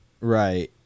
Right